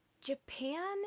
Japan